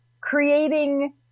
creating